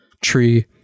tree